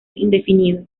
indefinido